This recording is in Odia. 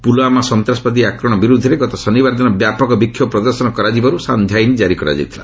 ପୁଲୁୱାମା ସନ୍ତାସବାଦୀ ଆକ୍ରମଣ ବିରୁଦ୍ଧରେ ଗତ ଶନିବାର ଦିନ ବ୍ୟାପକ ବିକ୍ଷୋଭ ପ୍ରଦର୍ଶନ କରାଯିବାରୁ ସାନ୍ଧ୍ୟ ଆଇନ୍ ଜାରି କରାଯାଇଥିଲା